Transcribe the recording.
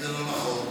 אם זה לא נכון?